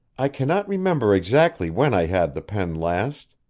i cannot remember exactly when i had the pen last.